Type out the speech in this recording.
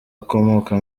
akomoka